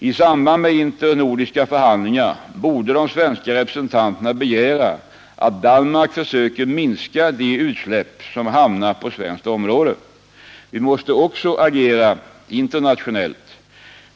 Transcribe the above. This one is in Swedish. I samband med internordiska förhandlingar borde de svenska representanterna begära att Danmark försöker minska de utsläpp som hamnar på svenskt område. Vi måste emellertid också agera internationellt.